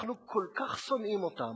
אנחנו כל כך שונאים אותם